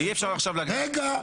רגע,